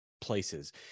places